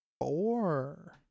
four